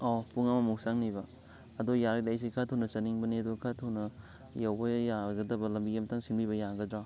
ꯑꯣ ꯄꯨꯡ ꯑꯃꯃꯨꯛ ꯆꯪꯅꯤꯕ ꯑꯗꯣ ꯌꯥꯔꯒꯗꯤ ꯑꯩꯁꯦ ꯈꯔ ꯊꯨꯅ ꯆꯠꯅꯤꯡꯕꯅꯦ ꯑꯗꯣ ꯈꯔ ꯊꯨꯅ ꯌꯧꯕ ꯌꯥꯒꯗꯕ ꯂꯝꯕꯤ ꯑꯝꯇꯪ ꯁꯤꯟꯕꯤꯕ ꯌꯥꯒꯗ꯭ꯔꯣ